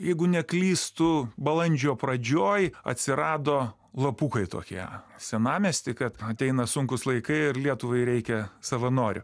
jeigu neklystu balandžio pradžioj atsirado lapukai tokie senamiesty kad ateina sunkūs laikai ir lietuvai reikia savanorių